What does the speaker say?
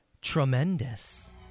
Tremendous